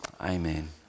amen